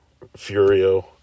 Furio